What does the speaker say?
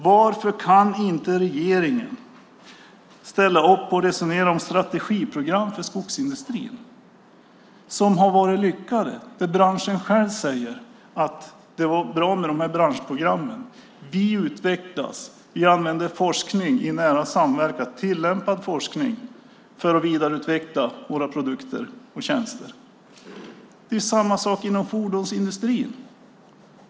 Varför kan inte regeringen ställa upp och resonera om strategiprogram för skogsindustrin som har varit lyckade? Branschen själv säger att det var bra med branschprogrammen: Vi utvecklas. Vi använder forskning i nära samverkan, tillämpad forskning, för att vidareutveckla våra produkter och tjänster. Det är samma sak inom fordonsindustrin.